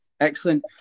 Excellent